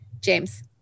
james